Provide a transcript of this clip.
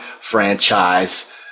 franchise